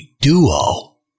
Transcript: duo